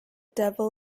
devil